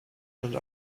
and